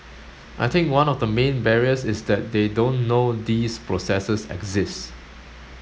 I think one of the main barriers is that they don't know these processes exist